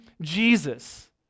Jesus